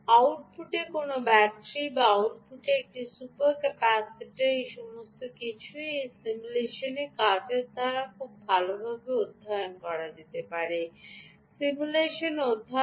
আউটপুটে কোনও ব্যাটারি বা আউটপুটে একটি সুপার ক্যাপাসিটার এই সমস্ত কিছুই এই সিমুলেশন কাজের দ্বারা খুব ভালভাবে অধ্যয়ন করা যেতে পারে সিমুলেশন অধ্যয়ন